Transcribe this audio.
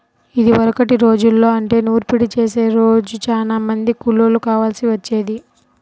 ఇదివరకటి రోజుల్లో అంటే నూర్పిడి చేసే రోజు చానా మంది కూలోళ్ళు కావాల్సి వచ్చేది